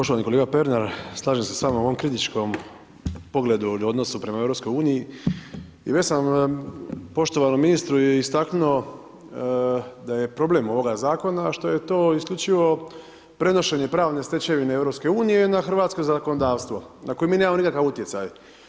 Poštovani kolega Pernar, slažem se s vama u ovom kritičkom pogledu ili odnosu prema EU i već sam poštovanom ministru i istaknuo da je problem ovoga zakona što je to isključivo prenošenje pravne stečevine EU na hrvatsko zakonodavstvo na koje mi nemamo nikakav utjecaj.